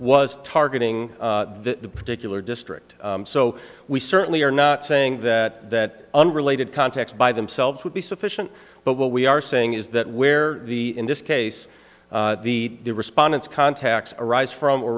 was targeting the particular district so we certainly are not saying that that underlay that context by themselves would be sufficient but what we are saying is that where the in this case the respondents contacts arise from